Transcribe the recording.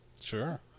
Sure